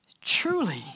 truly